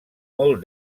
molt